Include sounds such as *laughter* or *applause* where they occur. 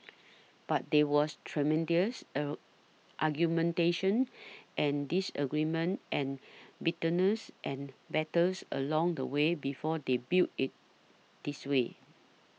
but there was tremendous *unintelligible* argumentation and disagreement and bitterness and battles along the way before they built it this way